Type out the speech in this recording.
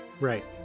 Right